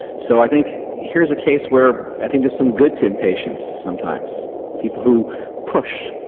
so i think here's a case where i think there's some good to impatience sometimes people who push,